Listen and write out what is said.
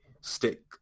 stick